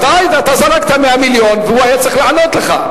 אתה זרקת 100 מיליון, והוא היה צריך לענות לך.